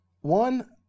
One